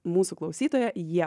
mūsų klausytoja ieva